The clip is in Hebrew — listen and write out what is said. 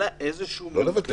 אלא איזשהו מנגנון --- לא לבטל,